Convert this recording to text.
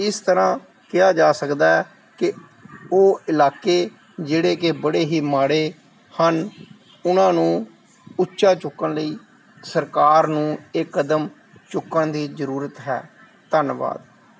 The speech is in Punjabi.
ਇਸ ਤਰ੍ਹਾਂ ਕਿਹਾ ਜਾ ਸਕਦਾ ਕਿ ਉਹ ਇਲਾਕੇ ਜਿਹੜੇ ਕਿ ਬੜੇ ਹੀ ਮਾੜੇ ਹਨ ਉਹਨਾਂ ਨੂੰ ਉੱਚਾ ਚੁੱਕਣ ਲਈ ਸਰਕਾਰ ਨੂੰ ਇਹ ਕਦਮ ਚੁੱਕਣ ਦੀ ਜ਼ਰੂਰਤ ਹੈ ਧੰਨਵਾਦ